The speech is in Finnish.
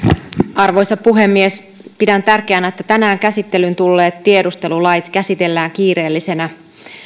arvoisa puhemies pidän tärkeänä että tänään käsittelyyn tulleet tiedustelulait käsitellään kiireellisinä